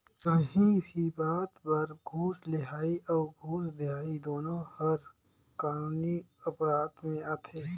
काहीं भी बात बर घूस लेहई अउ घूस देहई दुनो हर कानूनी अपराध में आथे